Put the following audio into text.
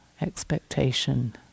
Expectation